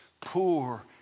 poor